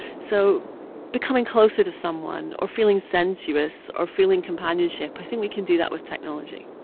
so becoming closer to someone or feeling sensuous or feeling companionship, i think we can do that with technology.